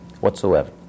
whatsoever